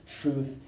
truth